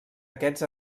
aquests